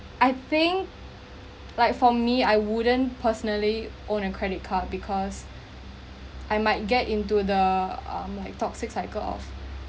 I think like for me I wouldn't personally own a credit card because I might get into the um like toxic cycle of